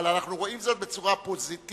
אבל אנחנו רואים זאת בצורה פוזיטיבית.